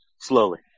slowly